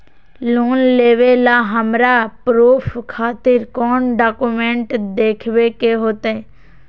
Loan लेबे ला हमरा प्रूफ खातिर कौन डॉक्यूमेंट देखबे के होतई?